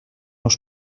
noch